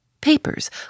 Papers